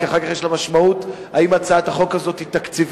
כי אחר כך יש לה משמעות: האם הצעת החוק הזאת היא תקציבית?